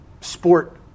sport